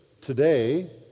today